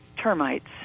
termites